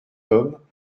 homme